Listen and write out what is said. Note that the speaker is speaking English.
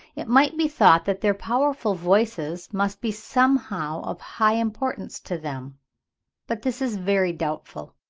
it might be thought that their powerful voices must be somehow of high importance to them but this is very doubtful.